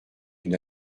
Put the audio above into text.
une